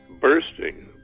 bursting